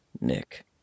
Nick